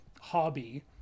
hobby